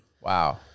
Wow